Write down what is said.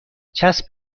چسب